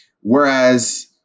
Whereas